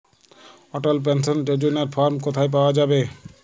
অটল pension যোজনার form কোথায় পাওয়া যাবে?